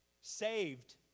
saved